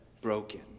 broken